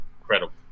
incredible